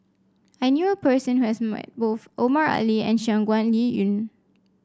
I knew a person who has met both Omar Ali and Shangguan Liuyun